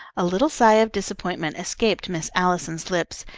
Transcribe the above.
a little sigh of disappointment escaped miss allison's lips,